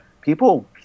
people